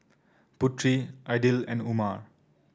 Putri Aidil and Umar